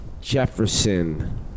Jefferson